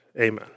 Amen